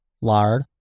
lard